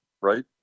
right